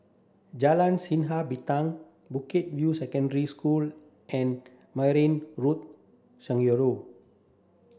Jalan Sinar Bintang Bukit View Secondary School and Maghain